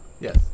Yes